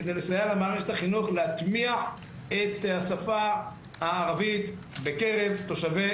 כדי לסייע למערכת החינוך להטמיע את השפה הערבית בקרב תושבי